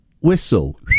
Whistle